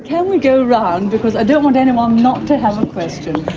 can we go around? because i don't want anyone um not to have a question.